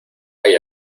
hay